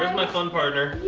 my fun partner?